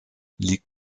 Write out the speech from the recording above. liegt